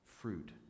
fruit